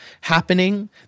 happening